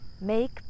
Make